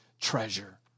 treasure